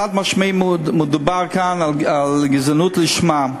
חד-משמעית מדובר כאן על גזענות לשמה.